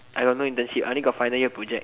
I got no internship I only got final year project